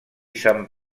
san